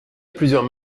plusieurs